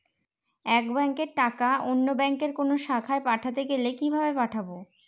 এক ব্যাংকের টাকা অন্য ব্যাংকের কোন অন্য শাখায় পাঠাতে গেলে কিভাবে পাঠাবো?